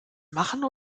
machen